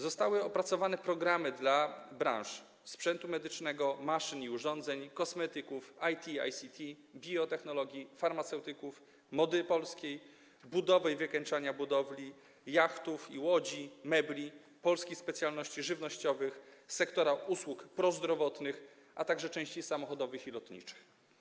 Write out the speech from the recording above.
Zostały opracowane programy dla branż: sprzętu medycznego, maszyn i urządzeń, kosmetyków, IT/ICT, biotechnologii, farmaceutyków, mody polskiej, budowy i wykańczania budowli, jachtów i łodzi, mebli, polskich specjalności żywnościowych, sektora usług prozdrowotnych, a także części samochodowych i lotniczych.